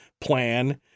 plan